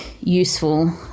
useful